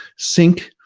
sync,